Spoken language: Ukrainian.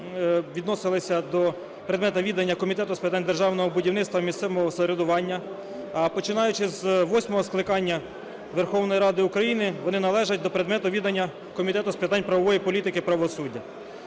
відносилися до предмету віддання Комітету з питань державного будівництва і місцевого самоврядування. Починаючи з восьмого скликання Верховної Ради України, вони належать до предмету віддання Комітету з питань правової політики і правосуддя.